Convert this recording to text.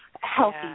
healthy